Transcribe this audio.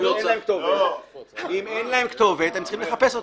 אם אין להם כתובת, הם צריכים לחפש אותו.